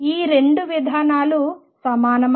2 విధానాలు సమానమా